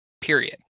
period